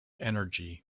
energy